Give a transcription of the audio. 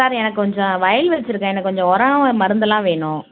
sir எனக்கு கொஞ்சம் வயல் வச்சிருக்கேன் எனக்கு கொஞ்சம் உரம் மருந்தெல்லாம் வேணும்